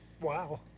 Wow